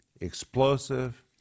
explosive